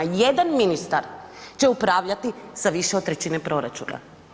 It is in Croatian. Jedan ministar će upravljati sa više od trećine proračuna.